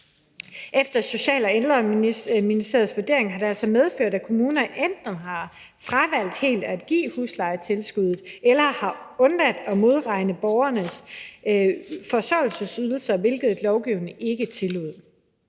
Efter Social- og Ældreministeriets vurdering har det altså medført, at kommuner enten har fravalgt helt at give huslejetilskuddet eller har undladt at modregne borgernes forsørgelsesydelser, hvilket lovgivningen ikke tillod.